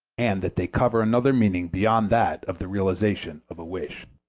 and that they cover another meaning beyond that of the realization of a wish.